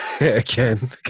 Again